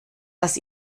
dass